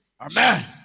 amen